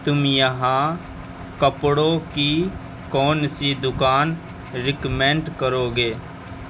تم یہاں کپڑوں کی کون سی دُکان ریکمینڈ کرو گے